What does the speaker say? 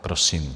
Prosím.